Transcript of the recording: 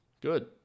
Good